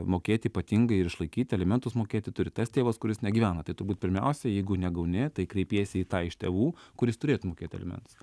mokėti ypatingai ir išlaikyti alimentus mokėti turi tas tėvas kuris negyvena tai turbūt pirmiausia jeigu negauni tai kreipiesi į tą iš tėvų kuris turėtų mokėti alimentus